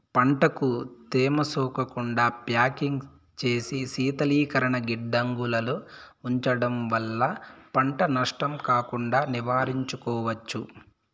పంటకు తేమ సోకకుండా ప్యాకింగ్ చేసి శీతలీకరణ గిడ్డంగులలో ఉంచడం వల్ల పంట నష్టం కాకుండా నివారించుకోవచ్చు